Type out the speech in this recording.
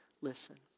listen